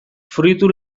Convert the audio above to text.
fruitu